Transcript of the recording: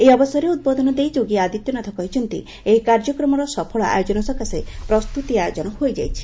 ଏହି ଅବସରରେ ଉଦ୍ବୋଧନ ଦେଇ ଯୋଗୀ ଆଦିତ୍ୟନାଥ କହିଛନ୍ତି ଏହି କାର୍ଯ୍ୟକ୍ରମର ସଫଳ ଆୟୋଜନ ସକାଶେ ପ୍ରସ୍ତୁତି ଆୟୋଜନ ହୋଇଯାଇଛି